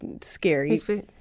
scary